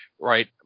right